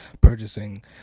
purchasing